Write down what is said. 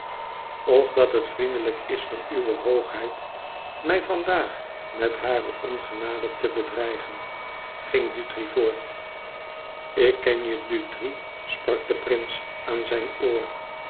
of dat het vriendelijk is van uwe hoogheid mij van daàg met hare ongenade te bedreigen ging dutri voort ik ken je dutri sprak de prins aan zijn oor